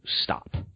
stop